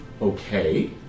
Okay